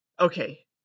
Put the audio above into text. Okay